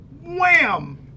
wham